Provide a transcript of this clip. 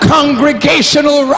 Congregational